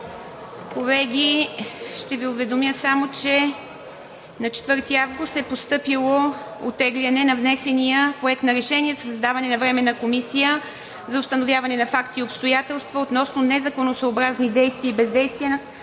Колеги, ще Ви уведомя само, че на 4 август е постъпило оттегляне на внесения Проект на решение за създаване на Временна комисия за установяване на факти и обстоятелства относно незаконосъобразни действия и бездействия на